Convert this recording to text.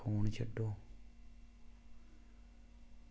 phone छड्डो